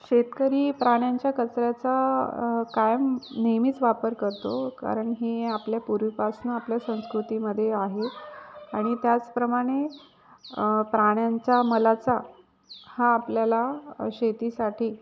शेतकरी प्राण्यांच्या कचऱ्याचा कायम नेहमीच वापर करतो कारण हे आपल्या पूर्वीपासून आपल्या संस्कृतीमध्ये आहे आणि त्याचप्रमाणे प्राण्यांच्या मलाचा हा आपल्याला शेतीसाठी